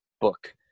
book